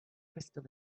crystal